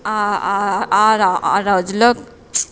ఆ రోజుల్లో